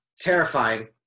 terrifying